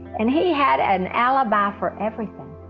and he had an alibi for everything.